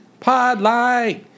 Podlight